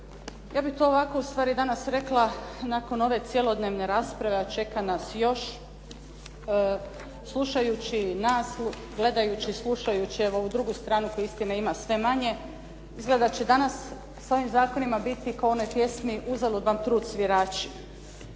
ja bih to ovako ustvari danas rekla nakon ove cjelodnevne rasprave a čeka nas još. Slušajući nas, gledajući i slušajući ovu drugu stranu koje istina ima sve manje izgleda da će danas sa ovim zakonima biti kao u onoj pjesmi "Uzalud vam trud svirači".